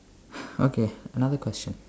okay another question